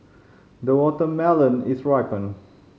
the watermelon is ripened